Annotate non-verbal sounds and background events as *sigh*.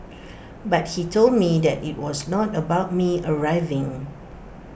*noise* but he told me that IT was not about me arriving